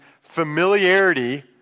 familiarity